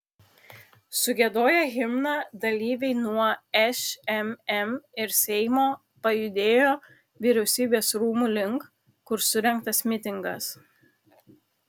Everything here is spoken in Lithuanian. sugiedoję himną dalyviai nuo šmm ir seimo pajudėjo vyriausybės rūmų link kur surengtas mitingas